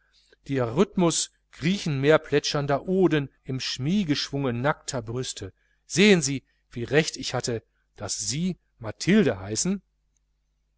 der rhythmus griechenmeerplätschernder oden im schmiegeschwunge nackter brüste sehen sie wie recht ich hatte daß sie mathilde heißen